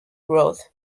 growth